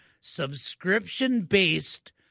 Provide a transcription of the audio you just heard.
subscription-based